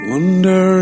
Wonder